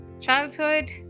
Childhood